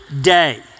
day